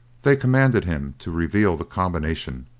they commanded him to reveal the combination,